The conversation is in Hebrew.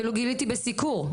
אפילו גיליתי בסיקור.